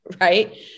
right